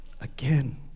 again